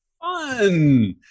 Fun